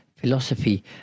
philosophy